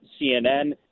CNN